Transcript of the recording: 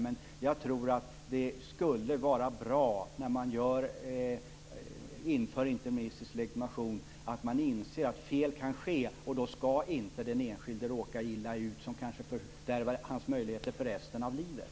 Men jag tror att det skulle vara bra om man inser, när man inför interimistisk indragning av legitimation, att misstag kan ske, och då skall inte den enskilde råka illa ut på ett sätt som kanske fördärvar hans möjligheter för resten av livet.